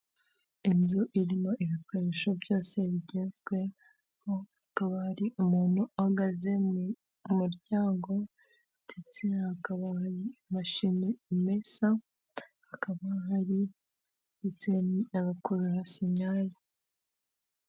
Inzu irimo ibikoresho byose bigezweho, hakaba ari umuntu uhagaze mu muryango ndetse hakaba hari imashini imesa, hakaba hari ndetse abakuraho sinyare.